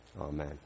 Amen